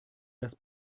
das